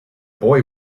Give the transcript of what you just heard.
boy